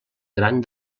gran